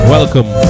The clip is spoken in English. Welcome